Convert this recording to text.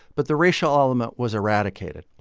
but the racial element was eradicated.